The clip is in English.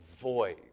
void